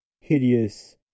hideous